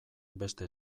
beste